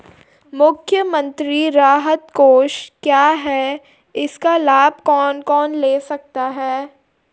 मुख्यमंत्री राहत कोष क्या है इसका लाभ कौन कौन ले सकता है?